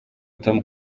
tom